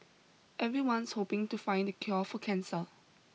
everyone's hoping to find the cure for cancer